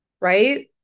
right